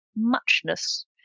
muchness